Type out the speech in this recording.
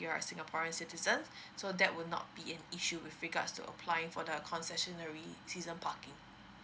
you're a singaporean citizens so that will not be an issue with regards to applying for the concessionary season parking